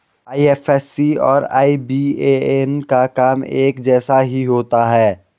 IFSC और IBAN का काम एक जैसा ही होता है